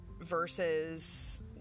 versus